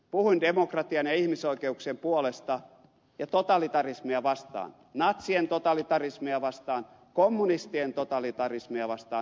puhuin demokratian ja ihmisoikeuksien puolesta totalitarismia vastaan natsien totalitarismia vastaan kommunistien totalitarismia vastaan kaikkinaista totalitarismia vastaan